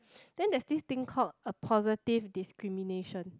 then there's this thing called a positive discrimination